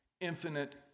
infinite